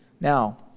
Now